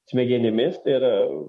smegenimis tai yra